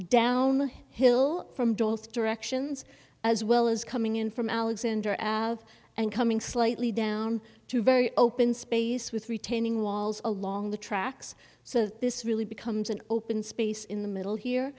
the hill from doth directions as well as coming in from alexander and coming slightly down to a very open space with retaining walls along the tracks so that this really becomes an open space in the middle here